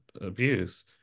abuse